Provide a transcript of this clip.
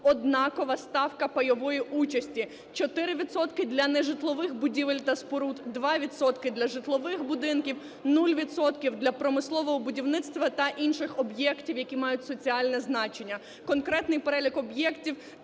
однакова ставка пайової участі: 4 відсотки для нежитлових будівель та споруд, 2 відсотки для житлових будинків, нуль відсотків для промислового будівництва та інших об'єктів, які мають соціальне значення. Конкретний перелік об'єктів,